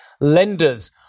lenders